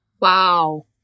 Wow